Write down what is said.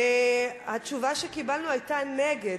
התשובה שקיבלנו היתה נגד.